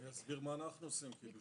אני אומר מה אנחנו עושים.